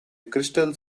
crystal